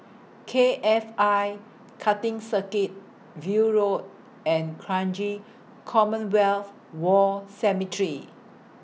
K F I Karting Circuit View Road and Kranji Commonwealth War Cemetery